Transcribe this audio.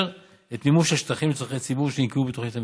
את מימוש השטחים לצורכי ציבור שנקבעו בתוכנית המתאר.